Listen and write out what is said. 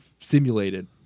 simulated